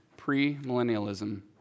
pre-millennialism